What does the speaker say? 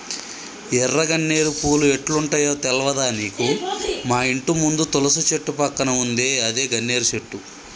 ఎర్ర గన్నేరు పూలు ఎట్లుంటయో తెల్వదా నీకు మాఇంటి ముందు తులసి చెట్టు పక్కన ఉందే అదే గన్నేరు చెట్టు